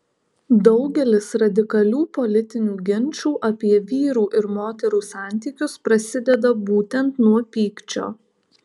daugelis radikalių politinių ginčų apie vyrų ir moterų santykius prasideda būtent nuo pykčio